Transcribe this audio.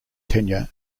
tenure